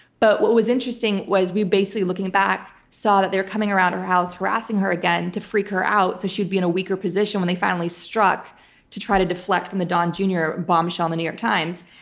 but what was interesting was we basically, looking back, saw that they were coming around her house, harassing her again to freak her out so she'd be in a weaker position when they finally struck to try to deflect from the don jr. bombshell in the new york times.